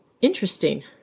interesting